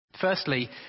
Firstly